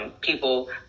people